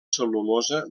cel·lulosa